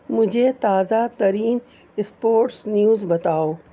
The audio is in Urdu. مجھے تازہ ترین اسپورٹس نیوز بتاؤ